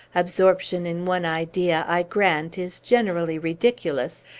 absorption in one idea, i grant, is generally ridiculous,